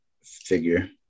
figure